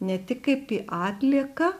ne tik kaip į atlieką